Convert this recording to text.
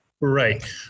Right